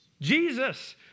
Jesus